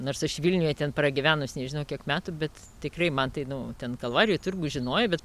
nors aš vilniuje ten pragyvenus nežino kiek metų bet tikrai man tai nu ten kalvarijų turgų žinojojau bet